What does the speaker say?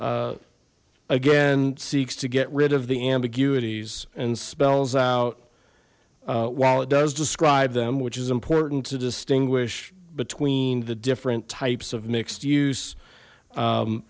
twelve again seeks to get rid of the ambiguities and spells out while it does describe them which is important to distinguish between the different types of mixed use